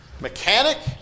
Mechanic